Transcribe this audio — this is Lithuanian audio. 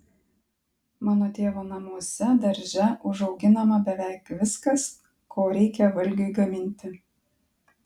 mano tėvo namuose darže užauginama beveik viskas ko reikia valgiui gaminti